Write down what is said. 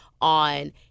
on